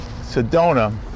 Sedona